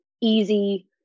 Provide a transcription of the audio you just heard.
easy